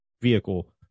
vehicle